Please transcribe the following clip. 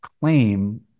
claim